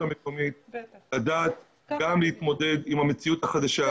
המקומית גם להתמודד עם המציאות החדשה,